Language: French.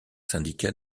syndicat